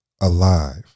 alive